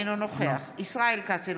אינו נוכח ישראל כץ,